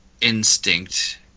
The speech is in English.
instinct